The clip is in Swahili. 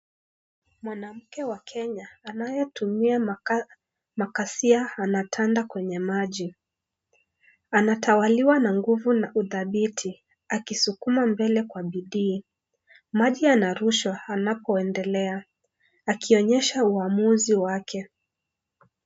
Mwanamke wa Kenya anayetumia makasia anatanda kwenye maji. Anatawaliwa na nguvu na udhabiti, akisukuma mbele kwa bidii. Maji yanarushwa anapoendelea, akionyesha uamuzi wake.